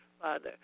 Father